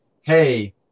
hey